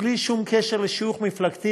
בלי שום קשר לשיוך מפלגתי,